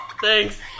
Thanks